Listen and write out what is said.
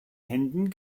händen